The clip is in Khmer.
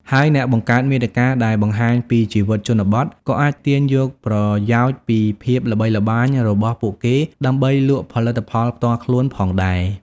ហើយអ្នកបង្កើតមាតិកាដែលបង្ហាញពីជីវិតជនបទក៏អាចទាញយកប្រយោជន៍ពីភាពល្បីល្បាញរបស់ពួកគេដើម្បីលក់ផលិតផលផ្ទាល់ខ្លួនផងដែរ។